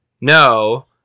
No